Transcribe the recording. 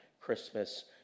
Christmas